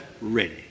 ready